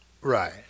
Right